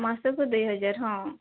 ମାସକୁ ଦୁଇ ହଜାର ହଁ